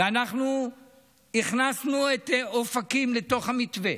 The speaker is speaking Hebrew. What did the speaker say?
ואנחנו הכנסנו את אופקים לתוך המתווה,